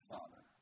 Father